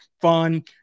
fun